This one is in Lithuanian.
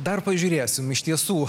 dar pažiūrėsim iš tiesų